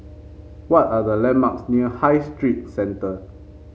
what are the landmarks near High Street Centre